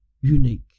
unique